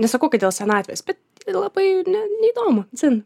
nesakau kad dėl senatvės bet labai ne neįdomu dzin